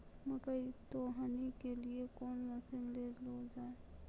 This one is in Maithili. मकई तो हनी के लिए कौन मसीन ले लो जाए?